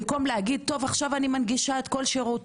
במקום לומר: עכשיו אנגיש את כל השירות